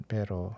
Pero